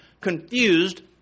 confused